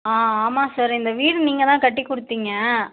ஆ ஆமாம் சார் இந்த வீடு நீங்கள் தான் கட்டிக் கொடுத்தீங்க